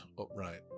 upright